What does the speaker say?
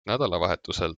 nädalavahetusel